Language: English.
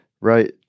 right